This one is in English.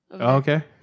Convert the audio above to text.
Okay